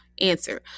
answer